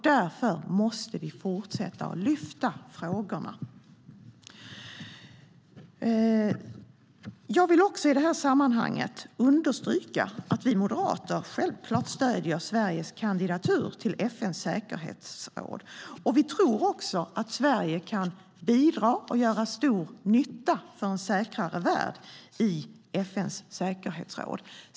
Därför måste vi fortsätta att lyfta fram frågorna. I detta sammanhang vill jag understryka att vi moderater självklart stöder Sveriges kandidatur till FN:s säkerhetsråd. Vi tror också att Sverige kan bidra till och göra stor nytta för en säkrare värld i FN:s säkerhetsråd.